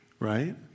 Right